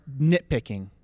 nitpicking